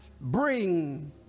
bring